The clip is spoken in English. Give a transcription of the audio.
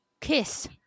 Kiss